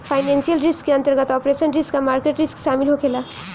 financial risk के अंतर्गत operational risk आ मार्केट रिस्क शामिल होखे ला